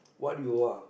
what do you O R